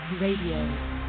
Radio